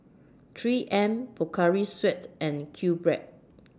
three M Pocari Sweat and QBread